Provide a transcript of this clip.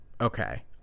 Okay